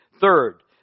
Third